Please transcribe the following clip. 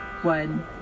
One